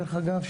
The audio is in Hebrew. דרך אגב,